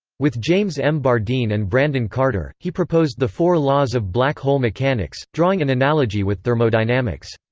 with james m. bardeen and brandon carter, he proposed the four laws of black hole mechanics, drawing an analogy with thermodynamics.